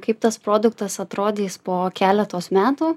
kaip tas produktas atrodys po keletos metų